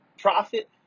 profit